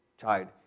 child